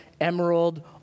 emerald